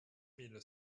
mille